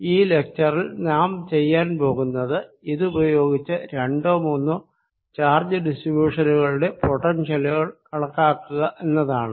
ഈ ലെക്ച്ചറിൽ നാം ചെയ്യാൻ പോകുന്നത് ഇതുപയോഗിച്ച് രണ്ടോ മൂന്നോ ചാർജ് ഡിസ്ട്രിബ്യുഷനുകളുടെ പൊട്ടൻഷ്യലുകൾ കണക്കാക്കുക എന്നതാണ്